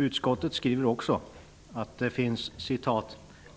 Utskottet skriver också att det finns